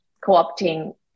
co-opting